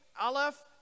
Aleph